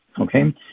Okay